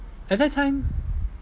at that time